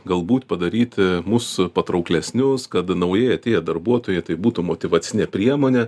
galbūt padaryti mus patrauklesnius kad naujai atėję darbuotojai tai būtų motyvacinė priemonė